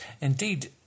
Indeed